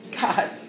God